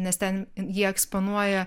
nes ten jie eksponuoja